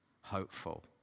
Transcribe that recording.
hopeful